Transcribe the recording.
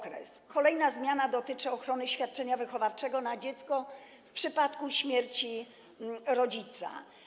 Kolejna zmiana dotyczy ochrony świadczenia wychowawczego na dziecko w przypadku śmierci rodzica.